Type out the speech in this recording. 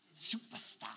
superstar